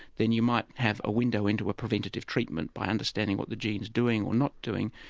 then you might have a window into a preventative treatment by understanding what the gene is doing or not doing.